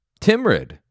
Timrid